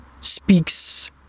speaks